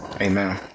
amen